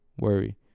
worry